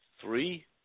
Three